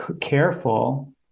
careful